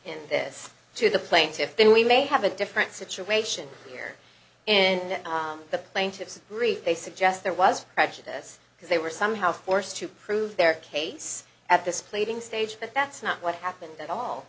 and this to the plaintiffs then we may have a different situation here and the plaintiffs agree they suggest there was prejudice because they were somehow forced to prove their case at this pleading stage but that's not what happened at all